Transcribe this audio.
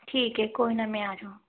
ਠੀਕ ਹੈ ਕੋਈ ਨਾ ਮੈਂ ਆਜੂ